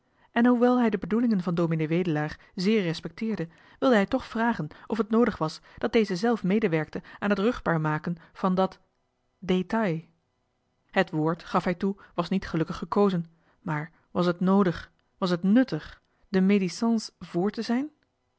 en hoewel hij de bedoelingen van ds wedelaar zeer respecteerde wilde hij toch vragen of het noodig was dat deze zelf medewerkte aan het ruchtbaar maken van dat détail het woord gaf hij toe was niet gelukkig gekozen maar was het noodig was het nuttig de médisance vr te zijn